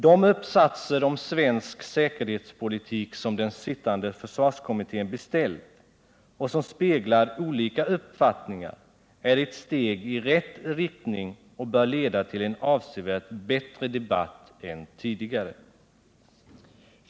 De uppsatser om svensk säkerhetspolitik som den sittande försvarskommittén beställt och som speglar olika uppfattningar är ett steg i rätt riktning och bör leda till en avsevärt bättre debatt än tidigare.